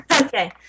Okay